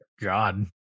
God